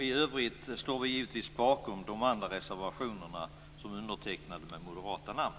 I övrigt står vi givetvis bakom de andra reservationer som är undertecknade med moderata namn.